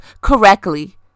correctly